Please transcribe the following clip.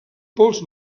pels